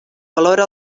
valora